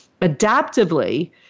Adaptively